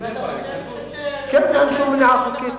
אם אתה רוצה, אני חושבת, כן, אין שום מניעה חוקית.